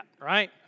Right